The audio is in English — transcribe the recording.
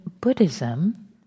buddhism